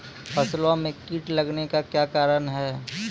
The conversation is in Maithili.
फसलो मे कीट लगने का क्या कारण है?